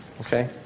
okay